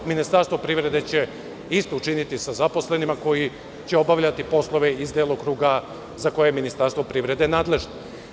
Ministarstvo privrede će isto učiniti sa zaposlenima koji će obavljati poslove iz delokruga za koje je Ministarstvo privrede nadležno.